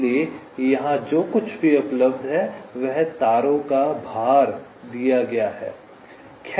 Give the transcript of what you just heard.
इसलिए यहां जो कुछ भी उपलब्ध है वह तारों का भार दिया गया है